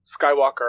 Skywalker